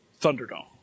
Thunderdome